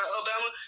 Alabama